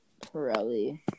Pirelli